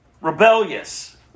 rebellious